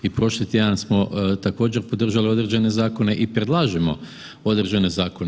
I prošli tjedan smo također podržali određene zakone i predlažemo određene zakone.